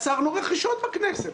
עצרנו רכישות בכנסת,